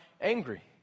angry